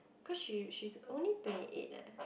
cause she she's only twenty eight leh